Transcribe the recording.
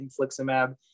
infliximab